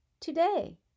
today